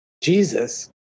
Jesus